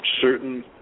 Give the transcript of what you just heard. certain